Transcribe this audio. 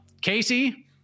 Casey